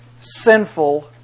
sinful